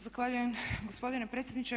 Zahvaljujem gospodine predsjedniče.